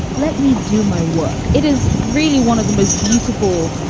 let me do my work. it is really one of the most beautiful,